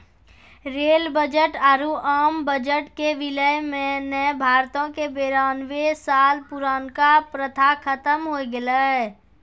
rail budget आरु आम budget के विलय ने भारतो के बेरानवे साल पुरानका प्रथा खत्म होय गेलै